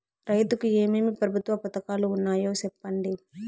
రైతుకు ఏమేమి ప్రభుత్వ పథకాలు ఉన్నాయో సెప్పండి?